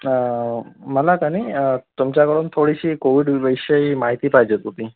हा मला का नाही तुमच्याकडून थोडीशी कोविडविषयी माहिती पाहिजे होती